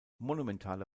monumentale